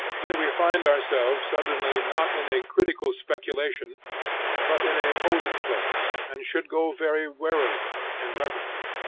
here we find ourselves suddenly not in a critical speculation but in a holy place, and should go very warily and reverently.